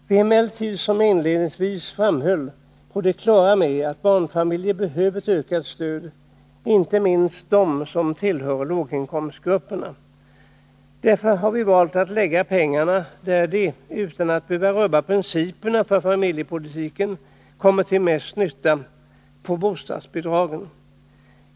Vi är emellertid, som jag inledningsvis framhöll, på det klara med att barnfamiljerna behöver ökat stöd, inte minst de som tillhör låginkomstgrupperna. Därför har vi valt att lägga pengarna där de — utan att vi behöver rubba principerna för familjepolitiken — kommer till mest nytta, nämligen på bostadsbidragen.